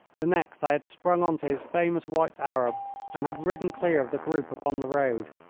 the next i had sprung on to his famous white arab and had ridden clear of the group upon the road.